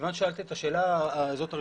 כיוון ששאלת את השאלה הזאת,